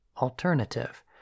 alternative